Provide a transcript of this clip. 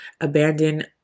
abandon